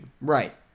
Right